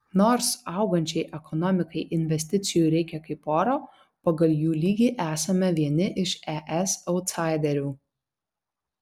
nors augančiai ekonomikai investicijų reikia kaip oro pagal jų lygį esame vieni iš es autsaiderių